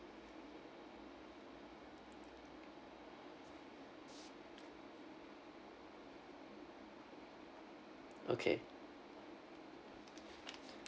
okay